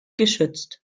geschützt